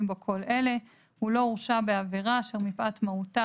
בו כל אלה: הוא לא הורשע בעבירה אשר מפאת מהותה,